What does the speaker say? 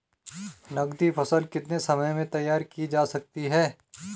नगदी फसल कितने समय में तैयार की जा सकती है?